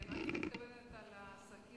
אני רציתי לשאול אותך על נושא העסקים